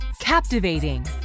captivating